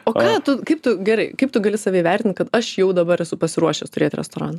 o ką tu kaip tu gerai kaip tu gali save įvertint kad aš jau dabar esu pasiruošęs turėti restoraną